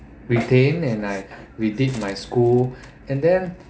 retain and I redid my school and then